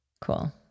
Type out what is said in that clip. Cool